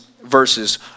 verses